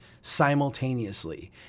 simultaneously